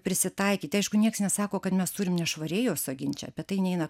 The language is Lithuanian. prisitaikyti aišku nieks nesako kad mes turim nešvariai juos augint čia apie tai neina